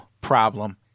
problem